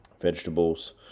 vegetables